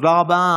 תודה רבה.